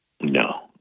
No